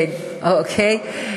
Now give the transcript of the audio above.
כן, אוקיי.